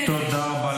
תודה רבה.